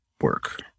work